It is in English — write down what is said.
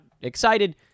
excited